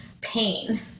pain